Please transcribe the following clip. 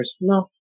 no